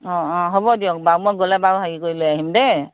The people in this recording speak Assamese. অ অ হ'ব দিয়ক বাৰু মই গ'লে বাৰু হেৰি কৰি লৈ আহিম দেই